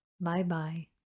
Bye-bye